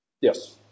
Yes